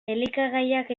elikagaiak